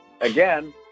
again